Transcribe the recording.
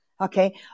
Okay